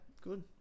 good